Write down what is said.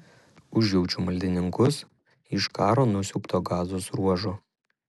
užjaučiu maldininkus iš karo nusiaubto gazos ruožo